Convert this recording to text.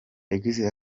yagize